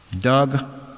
Doug